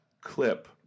clip